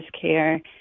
care